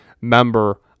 member